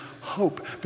hope